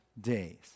days